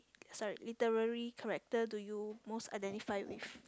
sorry literary character do you most identify with